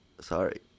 Sorry